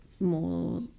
more